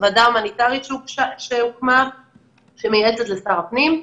הוועדה ההומניטרית שהוקמה שמייעצת לשר הפנים.